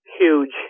huge